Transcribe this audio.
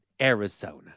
Arizona